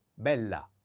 Bella